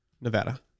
Nevada